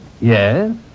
Yes